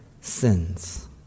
sins